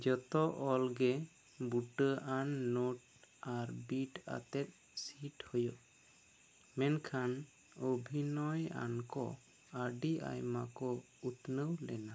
ᱡᱚᱛᱚ ᱚᱞ ᱜᱮ ᱵᱩᱴᱟ ᱣᱟᱱ ᱱᱚᱴ ᱟᱨ ᱵᱤᱴ ᱟᱛᱮᱫ ᱥᱤᱴ ᱦᱩᱭᱩᱜ ᱢᱮᱱᱠᱷᱟᱱ ᱚᱵᱷᱤᱱᱚᱭ ᱟᱱᱠᱚ ᱟᱹᱰᱤ ᱟᱭᱢᱟ ᱠᱚ ᱩᱛᱱᱟ ᱣ ᱞᱮᱱᱟ